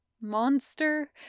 Monster